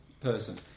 person